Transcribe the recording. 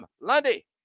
Lundy